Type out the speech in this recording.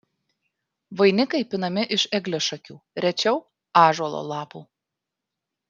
vainikai pinami iš eglišakių rečiau ąžuolo lapų